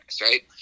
right